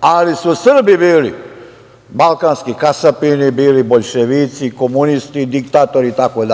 Ali su Srbi bili balkanski kasapini, bili boljševici, komunisti, diktatori itd,